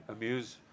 amuse